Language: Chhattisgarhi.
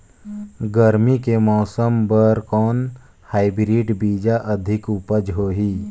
गरमी के मौसम बर कौन हाईब्रिड बीजा अधिक उपज होही?